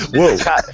Whoa